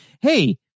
Hey